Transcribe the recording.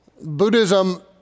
Buddhism